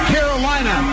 Carolina